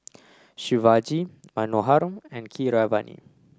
Shivaji Manohar and Keeravani